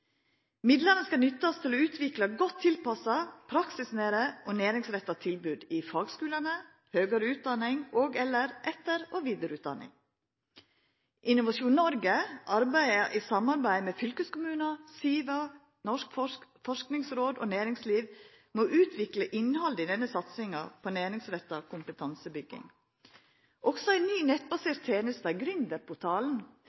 skal nyttast til å utvikla godt tilpassa, praksisnære og næringsretta tilbod i fagskulane, i høgare utdanning og i etter- og vidareutdanning. Innovasjon Norge arbeider i samarbeid med fylkeskommunane, SIVA, Noregs forskingsråd og næringslivet med å utvikla innhaldet i denne satsinga på næringsretta kompetansebygging. Også ei ny